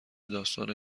داستان